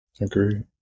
agree